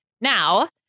now